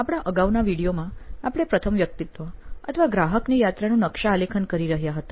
આપણા અગાઉના વિડિઓ માં આપણે પ્રથમ વ્યક્તિત્વ અથવા ગ્રાહકની યાત્રાનું નકશા આલેખન કરી રહ્યા હતા